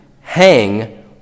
hang